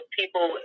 people